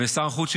ושר החוץ,